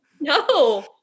No